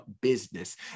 business